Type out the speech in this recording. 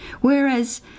Whereas